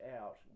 out